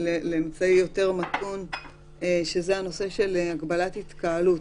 לאמצעי יותר מתון, הנושא של הגבלת התקהלות.